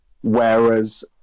Whereas